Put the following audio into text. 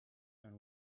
and